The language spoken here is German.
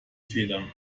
federn